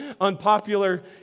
unpopular